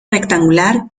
rectangular